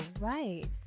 right